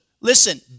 listen